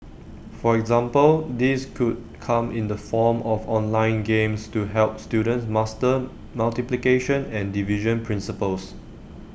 for example this could come in the form of online games to help students master multiplication and division principles